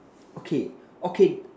okay okay